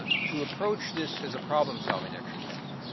but to approach this is a problem solving exercise.